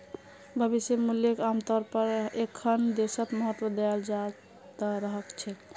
भविष्य मूल्यक आमतौरेर पर हर एकखन देशत महत्व दयाल जा त रह छेक